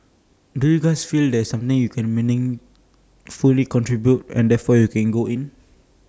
do you feel that there's something you can meaningfully contribute and therefore you go in